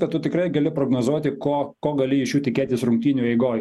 kad tu tikrai gali prognozuoti ko ko gali iš jų tikėtis rungtynių eigoj